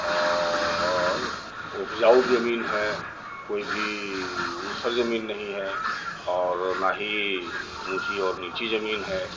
और उपजाऊ जमीन है कोई भी ऊसर जमीन नहीं है और ना ही ऊंची और नीची जमीन है